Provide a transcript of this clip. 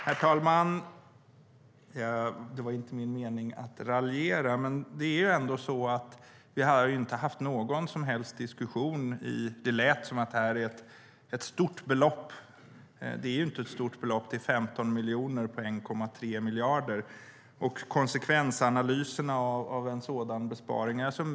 Herr talman! Det var inte min mening att raljera, men det är ändå så att vi inte har haft någon som helst diskussion om detta. Det lät som om det här är ett stort belopp, men det är det inte. Det är 15 miljoner på 1,3 miljarder.